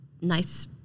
nice